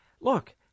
look